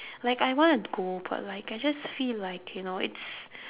like I wanna go but like I just feel like you know it's